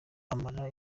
amara